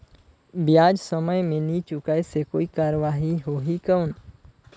ब्याज समय मे नी चुकाय से कोई कार्रवाही होही कौन?